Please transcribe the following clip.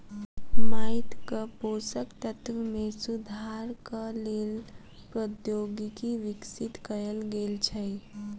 माइटक पोषक तत्व मे सुधारक लेल प्रौद्योगिकी विकसित कयल गेल छै